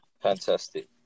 Fantastic